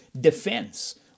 defense